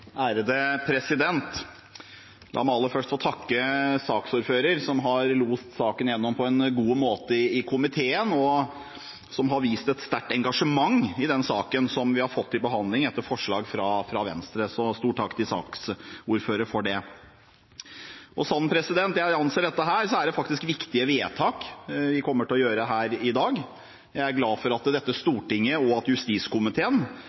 måte i komiteen, og som har vist et sterkt engasjement i denne saken, som vi har fått til behandling etter forslag fra Venstre. Så jeg retter en stor takk til saksordføreren for det. Sånn jeg anser dette, er det faktisk viktige vedtak vi kommer til å gjøre her i dag. Jeg er glad for at dette Stortinget og justiskomiteen